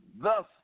thus